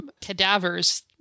cadavers